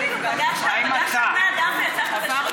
פגשת בני אדם ויצאת בשלום?